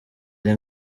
ari